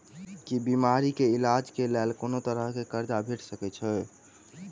की बीमारी कऽ इलाज कऽ लेल कोनो तरह कऽ कर्जा भेट सकय छई?